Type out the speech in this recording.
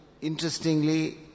interestingly